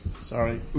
Sorry